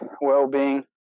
well-being